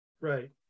Right